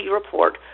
report